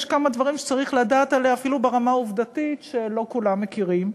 יש כמה דברים שצריך לדעת עליה אפילו ברמה העובדתית שלא כולם מכירים,